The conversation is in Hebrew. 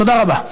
תודה רבה.